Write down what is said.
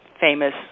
famous